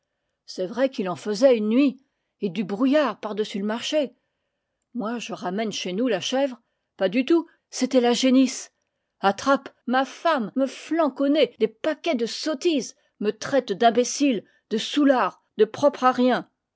c'est vrai qu'il en faisait une nuit et du brouillard par-dessus le mar ché moi je ramène chez nous la chèvre pas du tout c'était la génisse attrape ma femme me flanque au nez des paquets de sottises me traite d'imbécile de soûlard de propre à rien